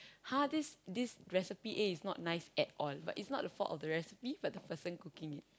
!huh! this this recipe A is not nice at all but it's not the fault of the recipe but the person cooking it